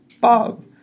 Bob